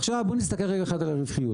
עכשיו בוא נסתכל רגע אחד על הרווחיות.